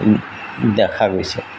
দেখা গৈছে